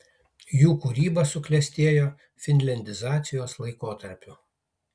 jų kūryba suklestėjo finliandizacijos laikotarpiu